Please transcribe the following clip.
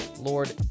Lord